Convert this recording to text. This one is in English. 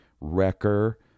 wrecker